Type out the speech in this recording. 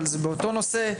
אבל זה באותו נושא,